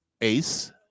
Ace